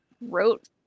wrote